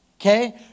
Okay